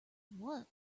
what